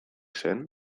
zen